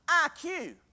IQ